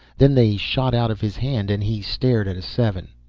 then they shot out of his hand and he stared at a seven.